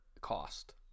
cost